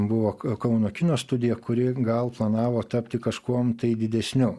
buvo kauno kino studija kuri gal planavo tapti kažkuom didesniu